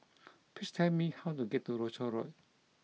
please tell me how to get to Rochor Road